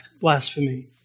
blasphemy